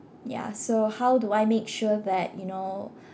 yeah so how do I make sure that you know